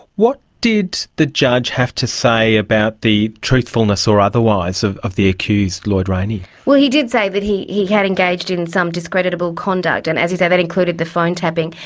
what did the judge have to say about the truthfulness or otherwise of of the accused, lloyd rayney? well, he did say that he he had engaged in some discreditable conduct, and as you say that included the phone tapping,